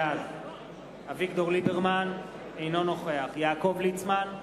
בעד אביגדור ליברמן, אינו נוכח יעקב ליצמן,